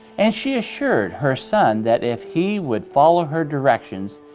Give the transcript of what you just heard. and she assured her son that if he would follow her directions,